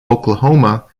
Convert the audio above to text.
oklahoma